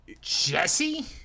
Jesse